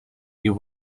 you